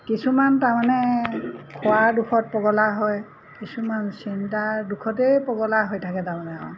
কিছুমান তাৰমানে খোৱাৰ দুখত পগলা হয় কিছুমান চিন্তাৰ দুখতেই পগলা হৈ থাকে তাৰমানে আৰু